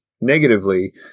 negatively